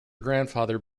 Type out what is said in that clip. grandfather